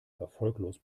erfolglos